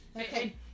Okay